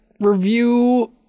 review